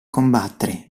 combattere